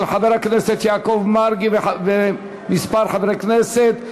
של חבר הכנסת יעקב מרגי וקבוצת חברי הכנסת.